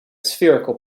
spherical